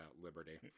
liberty